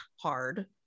hard